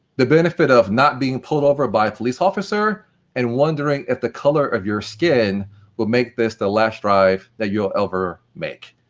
the benefit of not being pulled over by a police officer and wondering if the colour of your skin will make this the last drive that you'll ever make.